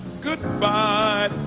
Goodbye